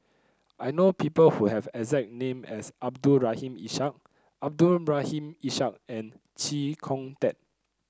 I know people who have a exact name as Abdul Rahim Ishak Abdul Rahim Ishak and Chee Kong Tet